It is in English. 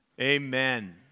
Amen